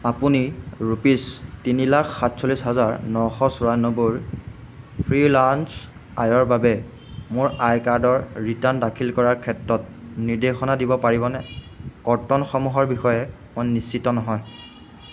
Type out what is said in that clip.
আপুনি ৰোপিজ তিনিলাখ সাতচল্লিছ হাজাৰ নশ ছয়ান্নব্বৈৰ ফ্ৰিলান্স আয়ৰ বাবে মোৰ আইকাৰ্ডৰ ৰিটাৰ্ণ দাখিল কৰাৰ ক্ষেত্ৰত নিৰ্দেশনা দিব পাৰিবনে কৰ্তনসমূহৰ বিষয়ে মই নিশ্চিত নহয়